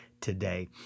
today